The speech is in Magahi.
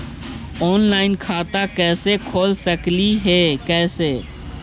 ऑनलाइन खाता कैसे खोल सकली हे कैसे?